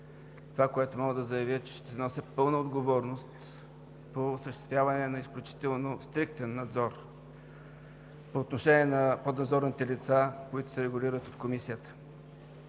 Това, което мога да заявя, е, че ще нося пълна отговорност по осъществяване на изключително стриктен надзор по отношение на поднадзорните лица, които се регулират от Комисията.